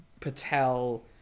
Patel